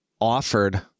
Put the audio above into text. offered